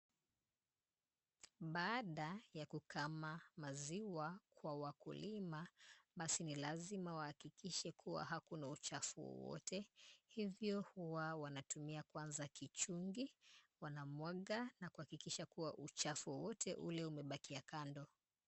Baada ya ya kukama maziwa kwa wakulima, basi ni lazima wahakikishe kuwa hakuna uchafu wowote hivyo huwa wanatumia kwanza kichungi, wanamwaga na kuhakikisha kuwa uchafu wowote ule umebakia kando.